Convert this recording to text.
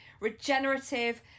regenerative